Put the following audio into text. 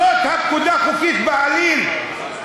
זאת הפקודה החוקית בעליל, הלא-חוקית.